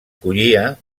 collia